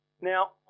Now